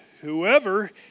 whoever